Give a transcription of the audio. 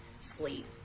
sleep